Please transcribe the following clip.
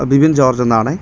Bibin George എന്നാണേ